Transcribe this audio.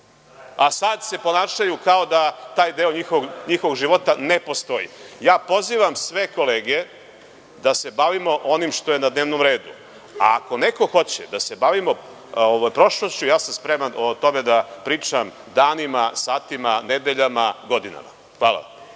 a sada se ponašaju kao da taj deo njihovog života ne postoji. Pozivam sve kolege da se bavimo onim što je na dnevnom redu, ako neko hoće da se bavimo prošlošću, spreman sam o tome da pričam danima, satima, nedeljama, godinama. Hvala